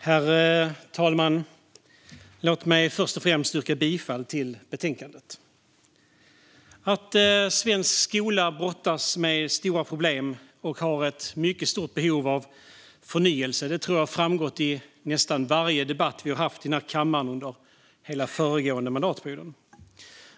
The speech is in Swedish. Herr talman! Låt mig först och främst yrka bifall till utskottets förslag. Att svensk skola brottas med stora problem och har ett mycket stort behov av förnyelse har nog framgått i varje debatt vi haft i den här kammaren under föregående mandatperiod.